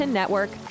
network